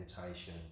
meditation